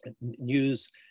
news